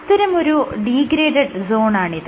അത്തരമൊരു ഡീഗ്രേഡഡ് സോണാണിത്